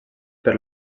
per